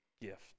gift